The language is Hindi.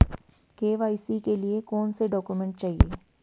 के.वाई.सी के लिए कौनसे डॉक्यूमेंट चाहिये?